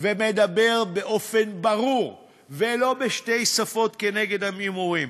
ומדבר באופן ברור ולא בשתי שפות כנגד ההימורים,